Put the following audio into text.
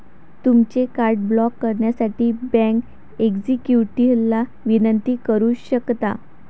तुमचे card block करण्यासाठी bank एक्झिक्युटिव्हला विनंती करू शकता